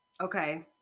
Okay